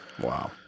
Wow